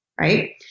Right